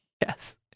Yes